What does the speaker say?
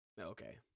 Okay